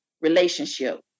relationship